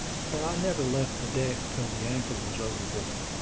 for i never left the deck till the anchor was overboard.